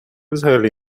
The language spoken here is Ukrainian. взагалі